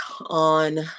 on